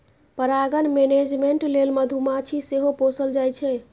परागण मेनेजमेन्ट लेल मधुमाछी सेहो पोसल जाइ छै